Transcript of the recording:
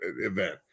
event